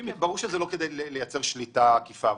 ברור שזה לא כדי לייצר שליטה עקיפה.